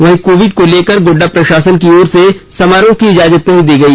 वहीं कोविड को लेकर गोड्डा प्रशासन की ओर से समारोह की इजाजत नहीं दी गई